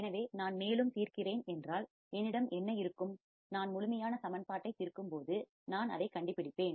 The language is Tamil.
எனவே நான் மேலும் தீர்க்கிறேன் என்றால் என்னிடம் என்ன இருக்கும் நான் முழுமையான சமன்பாட்டை தீர்க்கும்போது நான் அதைக் கண்டுபிடிப்பேன்